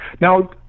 now